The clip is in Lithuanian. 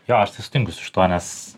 jo aš tai sutinku su šituo nes